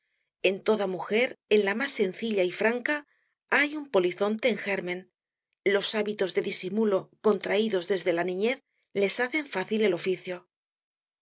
en toda mujer en la más sencilla y franca hay un polizonte en germen los hábitos de disimulo contraídos desde la niñez les hacen fácil el oficio